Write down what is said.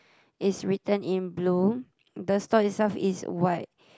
is written in blue the store itself is white